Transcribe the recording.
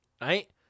right